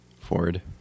Ford